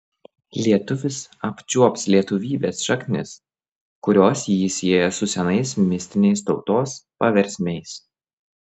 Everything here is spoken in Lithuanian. lietuvis apčiuops lietuvybės šaknis kurios jį sieja su senais mistiniais tautos paversmiais